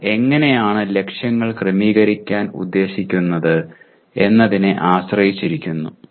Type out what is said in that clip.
നിങ്ങൾ എങ്ങനെയാണ് ലക്ഷ്യങ്ങൾ ക്രമീകരിക്കാൻ ഉദ്ദേശിക്കുന്നത് എന്നതിനെ ആശ്രയിച്ചിരിക്കുന്നു